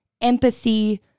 empathy